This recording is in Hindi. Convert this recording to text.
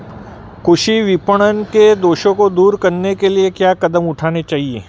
कृषि विपणन के दोषों को दूर करने के लिए क्या कदम उठाने चाहिए?